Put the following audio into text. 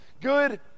Good